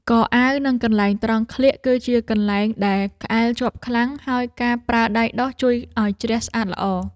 កអាវ និងកន្លែងត្រង់ក្លៀក គឺជាកន្លែងដែលក្អែលជាប់ខ្លាំង ហើយការប្រើដៃដុសជួយឱ្យជ្រះស្អាតល្អ។